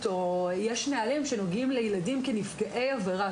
או יש נהלים שנוגעים לילדים כנפגעי עבירה,